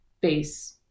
base